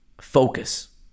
Focus